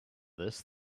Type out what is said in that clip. this